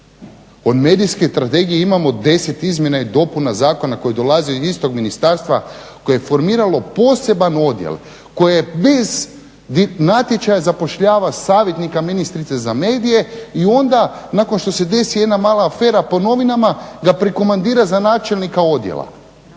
od medijske strategije imamo deset izmjena i dopuna zakona koji dolaze iz istog ministarstva koje je formiralo poseban odjel koje bez natječaja zapošljava savjetnika ministrice za medije i onda nakon što se desi jedna mala afera po novinama ga prekomandira za načelnika odjela